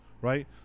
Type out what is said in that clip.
right